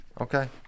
Okay